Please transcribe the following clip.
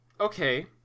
Okay